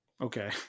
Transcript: Okay